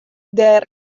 dêr